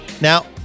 Now